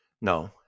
no